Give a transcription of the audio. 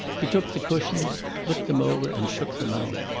he took the cushions, looked them over and shook them out.